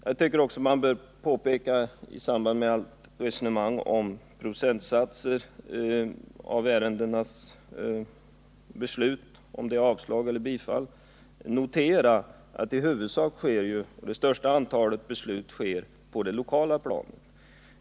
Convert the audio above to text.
Jag tycker att man i samband med resonemanget om procentsatser av ärendenas antal — om det blivit avslag eller bifall — bör notera att det största antalet beslut sker på det lokala planet.